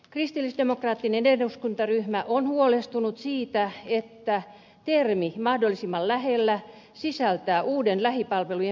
kristillisdemokraattinen eduskuntaryhmä on huolestunut siitä että termi mahdollisimman lähellä sisältää uuden lähipalvelujen määritelmän